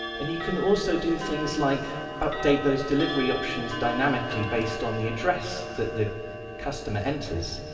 and you can also do things like update those delivery options dynamically based on the address that the customer enters.